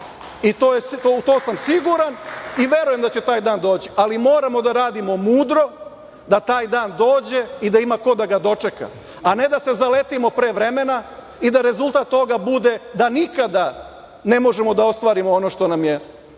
u tom sam siguran i verujem da će taj dan doći. Ali, moramo da radimo mudro da taj dan dođe i da ima ko da ga dočeka, a ne da se zaletimo pre vremena i da rezultat toga bude da nikada ne možemo da ostvarimo ono što nam je